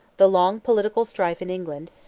the long political strife in england,